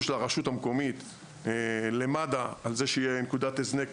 של הרשות המקומית למד"א על זה שתהיה נקודת הזנק,